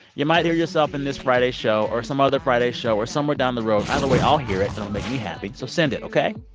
you might hear yourself in this friday show or some other friday show or somewhere down the road. either way, i'll hear it, and it'll make me happy. so send it, ok?